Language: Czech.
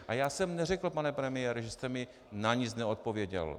A já jsem neřekl, pane premiére, že jste mi na nic neodpověděl.